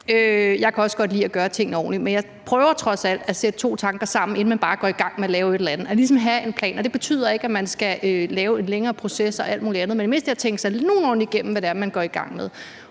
Jeg kan også godt lide at gøre tingene ordentligt, men jeg prøver trods alt at sætte to tanker sammen, inden jeg bare går i gang med at lave et eller andet, altså ligesom at have en plan. Det betyder ikke, at man skal lave en længere proces og alt muligt andet, men i det mindste at tænke nogenlunde ordentligt igennem, hvad det er, man går i gang med.